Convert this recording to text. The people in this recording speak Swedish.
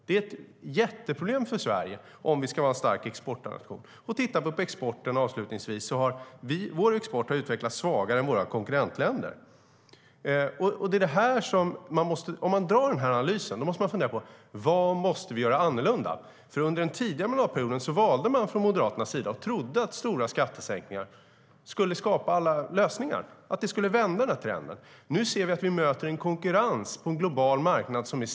Det är ett jätteproblem för Sverige, om vi ska vara en stark exportnation. Vår export har också utvecklats svagare än våra konkurrentländers. Om man står för den här analysen måste man också fundera på vad vi måste göra annorlunda. Under tidigare mandatperioder trodde man från Moderaternas sida att stora skattesänkningar skulle skapa alla lösningar och vända trenden och valde att genomföra sådana. Nu ser vi att vi möter en stenhård konkurrens på en global marknad.